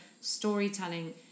storytelling